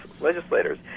legislators